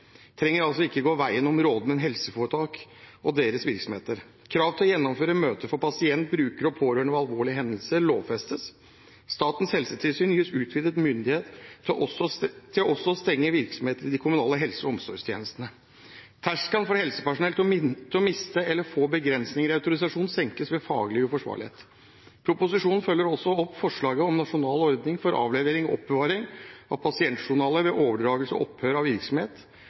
trenger altså ikke gå veien om helseforetak og deres virksomheter. Krav til å gjennomføre møter for pasient, brukere og pårørende ved alvorlige hendelser lovfestes. Statens helsetilsyn gis utvidet myndighet til også å stenge virksomheten i de kommunale helse- og omsorgstjenestene. Terskelen for helsepersonell til å miste eller få begrensninger i autorisasjon senkes ved faglig uforsvarlighet. Proposisjonen følger også opp forslaget om nasjonal ordning for avlevering og oppbevaring av pasientjournaler ved overdragelse og opphør av virksomhet